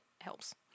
helps